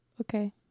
okay